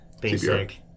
basic